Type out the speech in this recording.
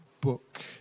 book